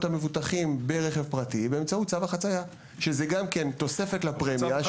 המבוטחים ברכב פרטי באמצעות צו החצייה שזה גם תוספת לפרמיה.